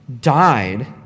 died